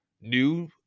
new